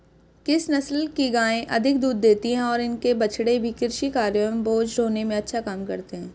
किस नस्ल की गायें अधिक दूध देती हैं और इनके बछड़े भी कृषि कार्यों एवं बोझा ढोने में अच्छा काम करते हैं?